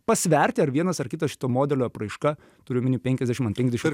pasverti ar vienas ar kitas šito modelio apraiška turiu omeny penkiasdešimt ant penkiasdešimt